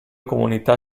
comunità